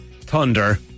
thunder